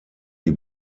die